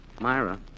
Myra